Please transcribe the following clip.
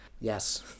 yes